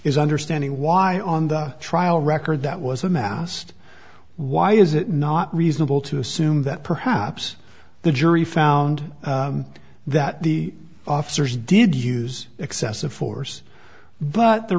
is understanding why on the trial record that was amassed why is it not reasonable to assume that perhaps the jury found that the officers did use excessive force but the